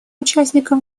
участников